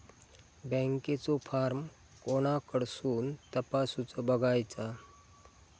बँकेचो फार्म कोणाकडसून तपासूच बगायचा?